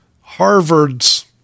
Harvard's